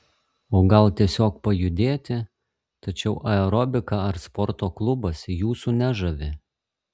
o gal tiesiog pajudėti tačiau aerobika ar sporto klubas jūsų nežavi